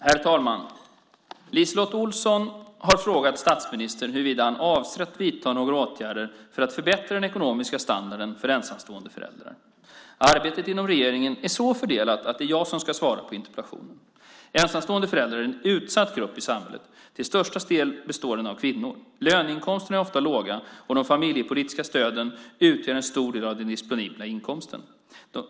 Herr talman! LiseLotte Olsson har frågat statsministern huruvida han avser att vidta några åtgärder för att förbättra den ekonomiska standarden för ensamstående föräldrar. Arbetet inom regeringen är så fördelat att det är jag som ska svara på interpellationen. Ensamstående föräldrar är en utsatt grupp i samhället. Till största del består den av kvinnor. Löneinkomsterna är ofta låga, och de familjepolitiska stöden utgör en stor del av den disponibla inkomsten.